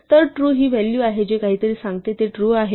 तर ट्रू हि व्हॅल्यू आहे जे काहीतरी सांगते ते ट्रू आहे